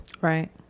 Right